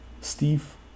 steve